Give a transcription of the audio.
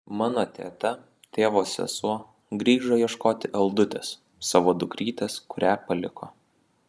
mano teta tėvo sesuo grįžo ieškoti aldutės savo dukrytės kurią paliko